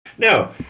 Now